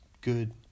good